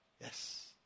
Yes